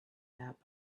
that